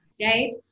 right